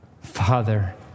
Father